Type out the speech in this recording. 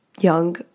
young